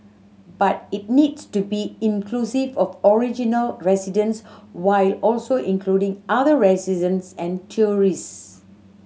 but it needs to be inclusive of original residents while also including other residents and tourists